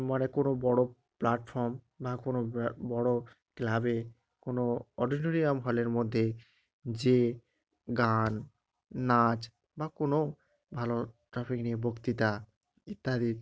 মানে কোনো বড়ো প্লাটফর্ম না কোনো বড়ো ক্লাবে কোনো অডিটোরিয়াম হলের মধ্যে যে গান নাচ বা কোনো ভালো ট্রাফিক নিয়ে বক্তিতা ইত্যাদি